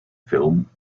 film